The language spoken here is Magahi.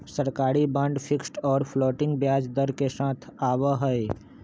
सरकारी बांड फिक्स्ड और फ्लोटिंग ब्याज दर के साथ आवा हई